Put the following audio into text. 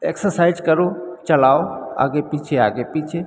exercise करो चलाओ आगे पीछे आगे पीछे